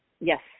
Yes